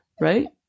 Right